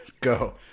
go